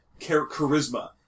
charisma